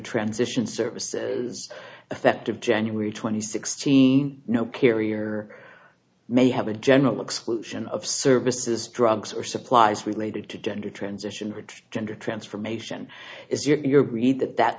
transition services effective january twenty sixth seeing no carrier may have a general exclusion of services drugs or supplies related to gender transition which gender transformation is your creed that that